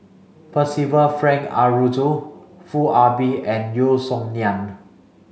Percival Frank Aroozoo Foo Ah Bee and Yeo Song Nian